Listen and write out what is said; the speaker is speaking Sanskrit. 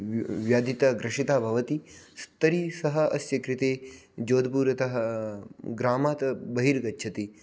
व्य व्याधितः ग्रसितः भवति तर्हि सः अस्य कृते जोधपुरतः ग्रामात् बहिर्गच्छति